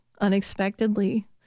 unexpectedly